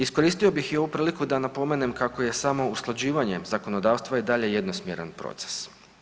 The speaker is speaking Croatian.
Iskoristio bih i ovu priliku da napomenem kako je samo usklađivanje zakonodavstva i dalje jednosmjeran proces.